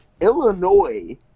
Illinois